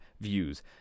views